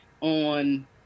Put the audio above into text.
on